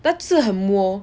他就是很 mo